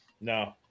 No